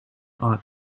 ought